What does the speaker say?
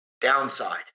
downside